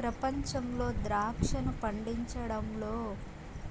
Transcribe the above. ప్రపంచంలో ద్రాక్షను పండించడంలో